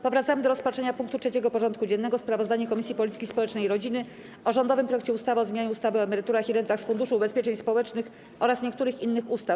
Powracamy do rozpatrzenia punktu 3. porządku dziennego: Sprawozdanie Komisji Polityki Społecznej i Rodziny o rządowym projekcie ustawy o zmianie ustawy o emeryturach i rentach z Funduszu Ubezpieczeń Społecznych oraz niektórych innych ustaw.